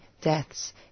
deaths